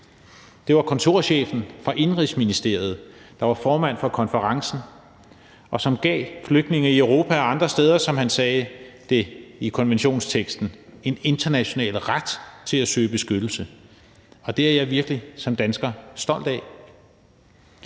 Det var kontorchefen fra Indenrigsministeriet, der var formand for konferencen, og som gav flygtninge i Europa og andre steder, som man sagde det i konventionsteksten, en international ret til at søge beskyttelse. Det er jeg virkelig stolt af